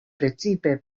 precipe